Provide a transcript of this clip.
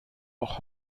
auch